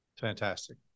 Fantastic